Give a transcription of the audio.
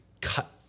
cut